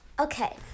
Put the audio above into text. Okay